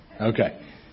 Okay